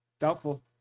Doubtful